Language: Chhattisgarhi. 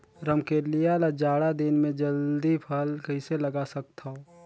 रमकलिया ल जाड़ा दिन म जल्दी फल कइसे लगा सकथव?